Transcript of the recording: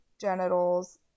genitals